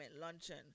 luncheon